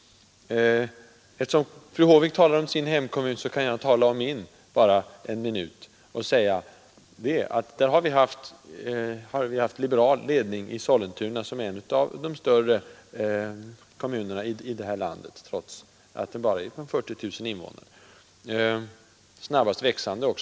Eftersom fru Håvik talar om sin hemkommun kan jag under någon minut tala om min. Sollentuna är en av de större kommunerna i landet med sina 40 000 invånare. Den är också en av de snabbast växande kommunerna. Där har vi haft liberal ledning.